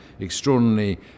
extraordinarily